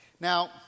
Now